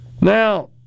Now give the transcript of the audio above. Now